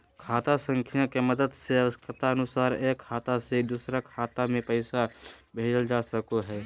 खाता संख्या के मदद से आवश्यकता अनुसार एक खाता से दोसर खाता मे पैसा भेजल जा सको हय